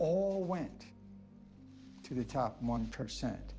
all went to the top one percent